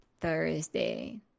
thursday